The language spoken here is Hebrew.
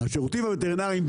השירותים הווטרינריים,